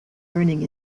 learning